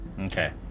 Okay